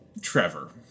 Trevor